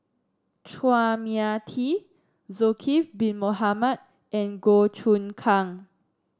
Chua Mia Tee Zulkifli Bin Mohamed and Goh Choon Kang